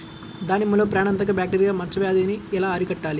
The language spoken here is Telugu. దానిమ్మలో ప్రాణాంతక బ్యాక్టీరియా మచ్చ వ్యాధినీ ఎలా అరికట్టాలి?